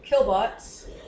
killbots